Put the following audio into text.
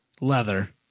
leather